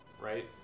right